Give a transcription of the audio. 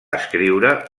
escriure